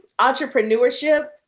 entrepreneurship